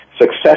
success